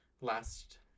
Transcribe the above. last